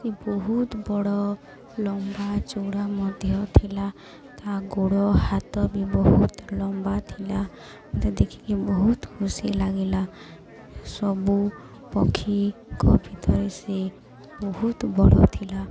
ସେ ବହୁତ ବଡ଼ ଲମ୍ବା ଚଉଡ଼ା ମଧ୍ୟ ଥିଲା ତା' ଗୋଡ଼ ହାତ ବି ବହୁତ ଲମ୍ବା ଥିଲା ମୋତେ ଦେଖିକି ବହୁତ ଖୁସି ଲାଗିଲା ସବୁ ପକ୍ଷୀଙ୍କ ଭିତରେ ସେ ବହୁତ ବଡ଼ ଥିଲା